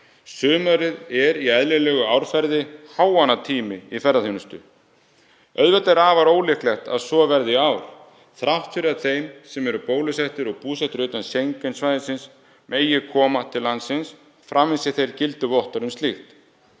Sumarið er í eðlilegu árferði háannatími í ferðaþjónustu. Auðvitað er afar ólíklegt að svo verði í ár þrátt fyrir að þeir sem eru bólusettir og búsettir utan Schengen-svæðisins megi koma til landsins framvísi þeir gildu vottorði um slíkt.